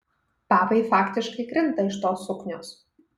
papai faktiškai krinta iš tos suknios